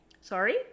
sorry